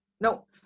no